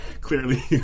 Clearly